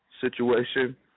situation